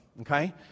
okay